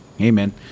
amen